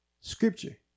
scripture